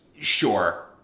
Sure